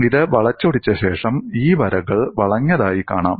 ഇത് വളച്ചൊടിച്ച ശേഷം ഈ വരകൾ വളഞ്ഞതായി കാണാം